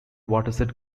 watershed